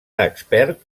expert